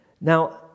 Now